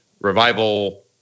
revival